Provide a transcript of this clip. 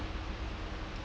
isn't that me